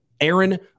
Aaron